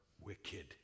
wicked